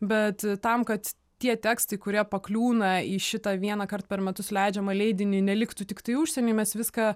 bet tam kad tie tekstai kurie pakliūna į šitą vienąkart per metus leidžiamą leidinį neliktų tiktai užsienyje mes viską